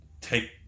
take